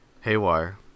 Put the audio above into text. Haywire